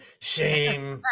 shame